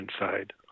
inside